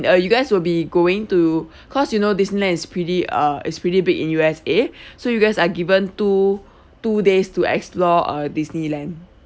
uh you guys will be going to cause you know disneyland is pretty uh it's pretty big in U_S_A so you guys are given two two days to explore uh disneyland